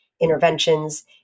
interventions